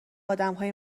آدمهای